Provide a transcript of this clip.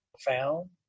found